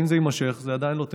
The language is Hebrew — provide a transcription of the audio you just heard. זה עדיין לא תירוץ,